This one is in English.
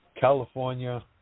California